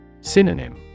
Synonym